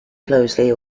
closely